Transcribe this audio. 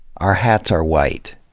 our hats are white,